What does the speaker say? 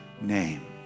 name